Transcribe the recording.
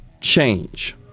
change